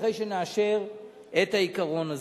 אחרי שנאשר את העיקרון הזה.